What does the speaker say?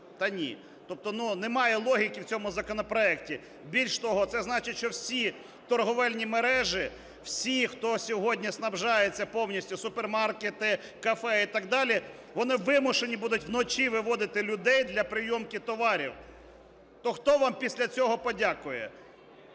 Та ні. Тобто немає логіки в цьому законопроекті. Більш того, це значить, що всі торгівельні мережі, всі, хто сьогодні снабжаються повністю, супермаркети, кафе і так далі, вони вимушені будуть вночі виводити людей для прийомки товарів. То хто вам після цього подякує?